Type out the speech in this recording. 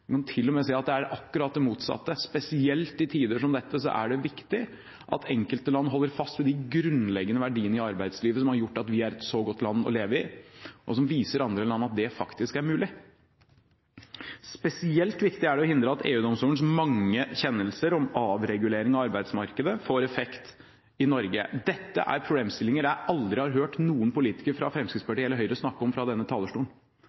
kan til og med si at det er akkurat det motsatte. Spesielt i tider som dette er det viktig at enkelte land holder fast ved de grunnleggende verdiene i arbeidslivet som har gjort at vi er et så godt land å leve i, og som viser andre land at det faktisk er mulig. Spesielt viktig er det å hindre at EU-domstolens mange kjennelser om avregulering av arbeidsmarkedet får effekt i Norge. Dette er problemstillinger jeg aldri har hørt noen politikere fra Fremskrittspartiet eller Høyre snakke om fra denne talerstolen